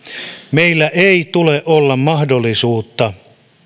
meillä ei tule olla mahdollisuutta